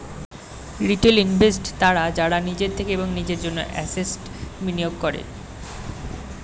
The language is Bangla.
রিটেল ইনভেস্টর্স তারা যারা নিজের থেকে এবং নিজের জন্য অ্যাসেট্স্ বিনিয়োগ করে